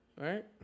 right